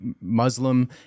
Muslim